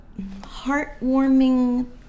heartwarming